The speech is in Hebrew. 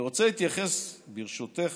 ברשותך,